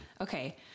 Okay